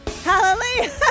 Hallelujah